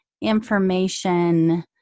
information